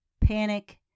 panic